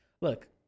Look